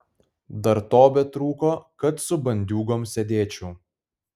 dar to betrūko kad su bandiūgom sėdėčiau